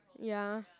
ya